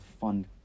fun